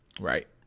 Right